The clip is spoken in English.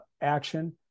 action